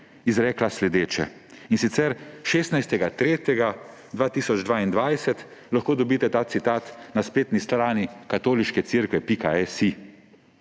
izrekla sledeče, in sicer 16. 3. 2022, lahko dobite ta citat na spletni strani katoliška-cerkev.si,